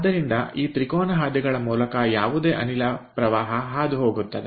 ಆದ್ದರಿಂದ ಈ ತ್ರಿಕೋನ ಹಾದಿಗಳ ಮೂಲಕ ಯಾವುದೇ ಅನಿಲ ಪ್ರವಾಹ ಹಾದುಹೋಗುತ್ತದೆ